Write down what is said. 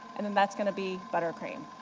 and and that's going to be buttercream.